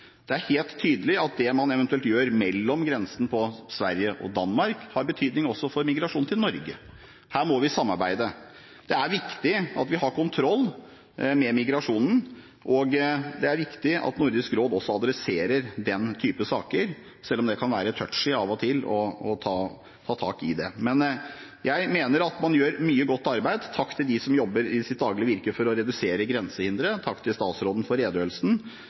Det er helt tydelig at det man eventuelt gjør på grensen mellom Sverige og Danmark, har betydning også for migrasjonen til Norge. Her må vi samarbeide. Det er viktig at vi har kontroll med migrasjonen, og det er viktig at Nordisk råd også adresserer den type saker, selv om det av og til kan være «touchy» å ta tak i det. Jeg mener at man gjør mye godt arbeid. Takk til dem som i sitt daglige virke jobber med å redusere grensehindre. Takk til statsråden for redegjørelsen.